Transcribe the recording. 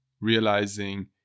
realizing